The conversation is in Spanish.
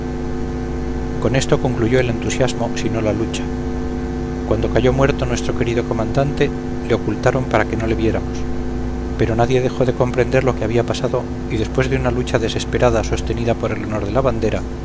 con esto concluyó el entusiasmo si no la lucha cuando cayó muerto nuestro querido comandante le ocultaron para que no le viéramos pero nadie dejó de comprender lo que había pasado y después de una lucha desesperada sostenida por el honor de la bandera